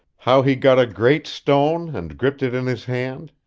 how he got a great stone and gripped it in his hand,